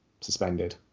suspended